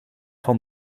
van